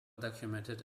documented